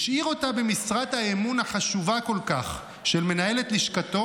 השאיר אותה במשרת האמון החשובה כל כך של מנהלת לשכתו,